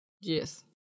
Yes